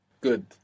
Good